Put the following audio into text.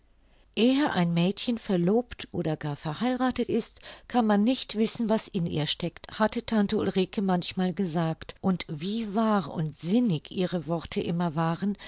ehe ein mädchen verlobt oder gar verheirathet ist kann man nicht wissen was in ihr steckt hatte tante ulrike manchmal gesagt und wie wahr und sinnig ihre worte immer waren